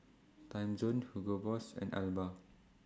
Timezone Hugo Boss and Alba